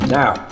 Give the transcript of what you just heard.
now